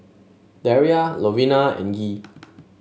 Daria Lovina and Gee